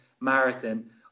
marathon